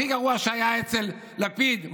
הכי גרוע שהיה אצל לפיד,